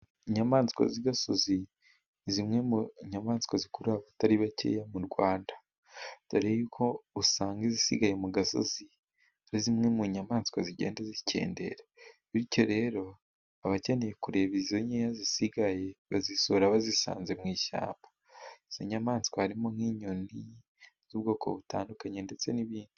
Inyamaswa z'igasozi, ni zimwe mu nyamaswa zikurura abatari bakeya mu Rwanda, dore yuko usanga izisigaye mu gasozi, ari zimwe mu nyamaswa zigenda zikendera, bityo rero abakeneye kureba izo nkeya zisigaye, bazisohora bazisanze mu ishyamba, izi nyamaswa harimo nk'inyoni z'ubwoko butandukanye ndetse n'ibindi.